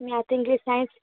math English science